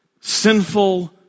sinful